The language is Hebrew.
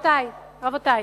בחוק-יסוד.